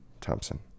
Thompson